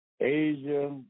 Asia